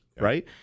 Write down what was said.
right